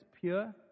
pure